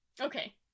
Okay